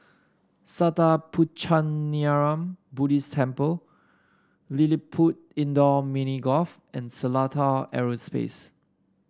Sattha Puchaniyaram Buddhist Temple LilliPutt Indoor Mini Golf and Seletar Aerospace